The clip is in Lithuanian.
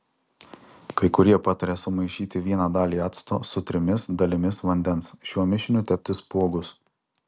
kai kurie pataria sumaišyti vieną dalį acto su trimis dalimis vandens šiuo mišiniu tepti spuogus